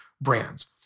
brands